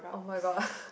oh my god